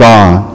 God